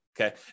okay